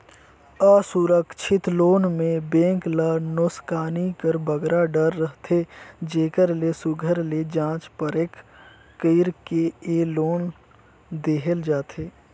असुरक्छित लोन में बेंक ल नोसकानी कर बगरा डर रहथे जेकर ले सुग्घर ले जाँच परेख कइर के ए लोन देहल जाथे